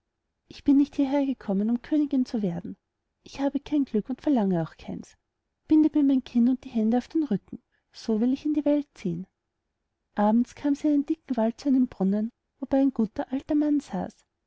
ich bin nicht hierhergekommen um königin zu werden ich habe kein glück und verlange auch keins bindet mir mein kind und die hände auf den rücken so will ich in die welt ziehen abends kam sie in einen dicken wald zu einem brunnen wobei ein guter alter mann saß